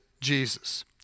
Jesus